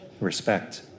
respect